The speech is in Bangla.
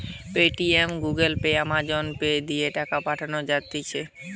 Paytm, Google pay, Amazon pay দিয়ে টাকা পাঠান যায়টে